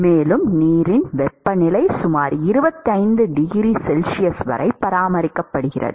மேலும் நீரின் வெப்பநிலை சுமார் 25 டிகிரி செல்சியஸ் வரை பராமரிக்கப்படுகிறது